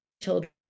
children